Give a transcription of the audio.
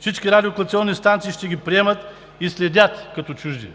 Всички радиолокационни станции ще ги приемат и следят като чужди.